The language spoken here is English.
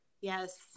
Yes